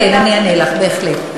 כן, אני אענה לך, בהחלט.